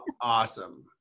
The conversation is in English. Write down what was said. Awesome